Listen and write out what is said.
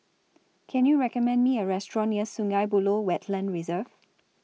Can YOU recommend Me A Restaurant near Sungei Buloh Wetland Reserve